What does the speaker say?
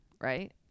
right